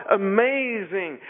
amazing